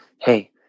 hey